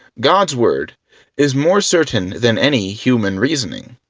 god's word is more certain than any human reasoning.